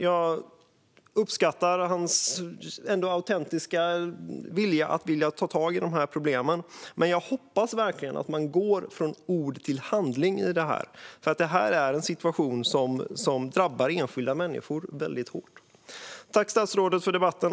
Jag uppskattar hans ändå autentiska vilja att ta tag i problemen, men jag hoppas verkligen att man går från ord till handling i detta. Det här är nämligen en situation som drabbar enskilda människor väldigt hårt. Tack, statsrådet, för debatten!